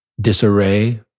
disarray